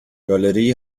گالری